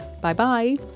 Bye-bye